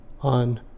on